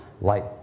Light